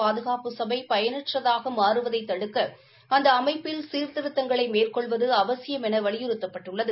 பாதுகாப்பு சபை பயனற்றதாக மாறுவதைத் தடுக்க அந்த அமைப்பில் சீர்திருத்தங்களை மேற்கொள்வது அவசியமென வலியுறுத்தப்பட்டுள்ளது